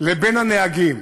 לבין הנהגים?